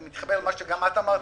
אני מתחבר למה שאת אמרת,